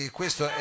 questo